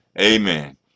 Amen